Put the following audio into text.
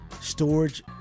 storage